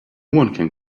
one